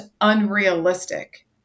unrealistic